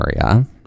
Area